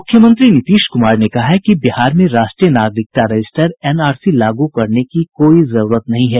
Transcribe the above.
मुख्यमंत्री नीतीश कुमार ने कहा है कि बिहार में राष्ट्रीय नागरिकता रजिस्टर एनआरसी लागू करने की कोई जरूरत नहीं है